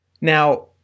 Now